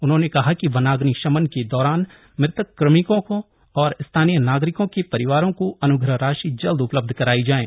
उन्होंने कहा कि वनाग्नि शमन के दौरान मृतक कार्मिकों और स्थानीय नागरिकों के परिवारों को अन्ग्रह राशि जल्द उपलब्ध कराई जाएं